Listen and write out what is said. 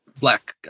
Black